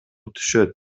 түшөт